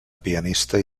pianista